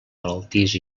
malaltís